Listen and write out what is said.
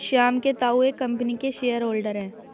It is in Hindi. श्याम के ताऊ एक कम्पनी के शेयर होल्डर हैं